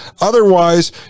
Otherwise